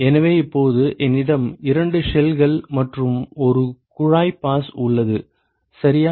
எனவே இப்போது என்னிடம் இரண்டு ஷெல்கள் மற்றும் பல குழாய் பாஸ் உள்ளது சரியா